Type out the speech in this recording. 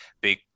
big